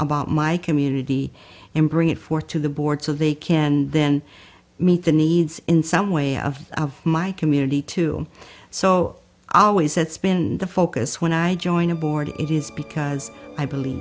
about my community and bring it forth to the board so they can then meet the needs in some way of my community to so always that's been the focus when i join a board it is because i believe